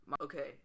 okay